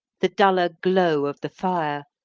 the duller glow of the fire,